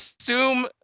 assume